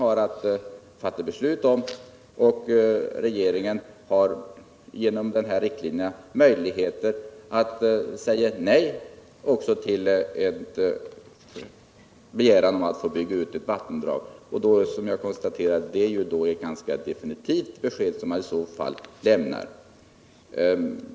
Självfallet har regeringen möjligheter att säga nej till begäran om att få bygga ut ett vattendrag. Det blir då ett ganska definitivt besked man lämnar.